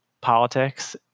politics